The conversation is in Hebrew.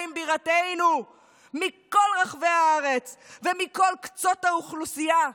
בירתנו מכל רחבי הארץ ומכל קצות האוכלוסייה.